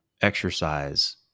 exercise